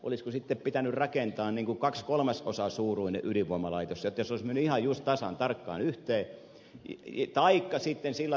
olisiko sitten pitänyt rakentaa niinku kaks kol mas osan niin kuin kaksikolmasosasuuruinen ydinvoimalaitos että se olisi mennyt ihan just tasan tarkkaan yhteen